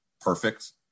Perfect